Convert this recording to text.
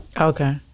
Okay